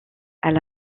elle